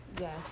Yes